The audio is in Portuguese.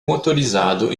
motorizado